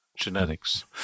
genetics